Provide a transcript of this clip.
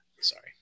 Sorry